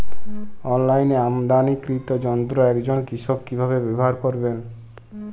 অনলাইনে আমদানীকৃত যন্ত্র একজন কৃষক কিভাবে ব্যবহার করবেন?